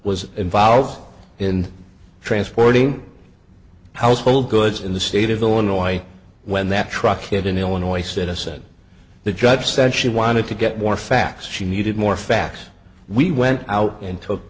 was involved in transporting household goods in the state of illinois when that truck hit an illinois citizen the judge said she wanted to get more facts she needed more facts we went out and took